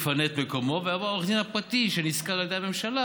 יפנה את מקומו ויבוא עורך הדין הפרטי שנשכר על ידי הממשלה.